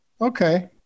Okay